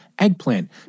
eggplant